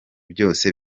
byose